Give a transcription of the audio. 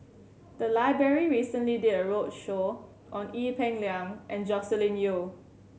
the library recently did a roadshow on Ee Peng Liang and Joscelin Yeo